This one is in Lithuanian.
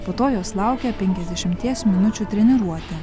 po to jos laukia penkiasdešimties minučių treniruotė